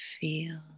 feel